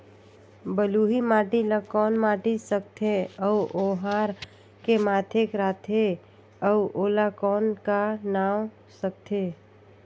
बलुही माटी ला कौन माटी सकथे अउ ओहार के माधेक राथे अउ ओला कौन का नाव सकथे?